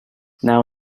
now